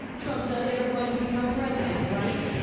trump is not ever going to become president, right?